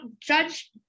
Judge